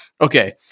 Okay